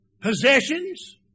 possessions